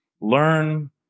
Learn